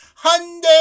Hyundai